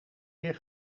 weer